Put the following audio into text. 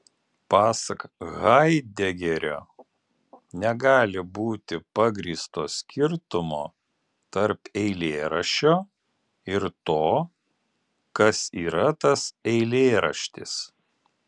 pasak haidegerio negali būti pagrįsto skirtumo tarp eilėraščio ir to kas yra tas eilėraštis